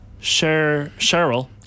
Cheryl